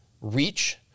reach